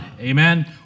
amen